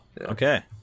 Okay